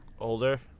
Older